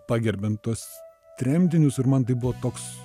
pagerbiant tuos tremtinius ir man tai buvo toks